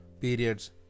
periods